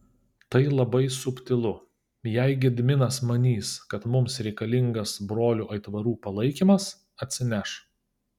tai labai subtilu jei gediminas manys kad mums reikalingas brolių aitvarų palaikymas atsineš